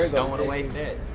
ah don't wanna waste that.